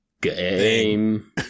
Game